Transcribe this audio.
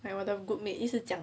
like 我的 group mate 一直讲